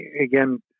again